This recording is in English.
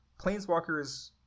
Planeswalkers